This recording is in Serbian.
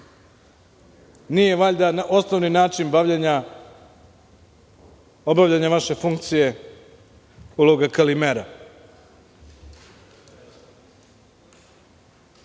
nije valjda osnovni način obavljanja vaše funkcije uloga Kalimera?